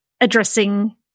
addressing